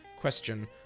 question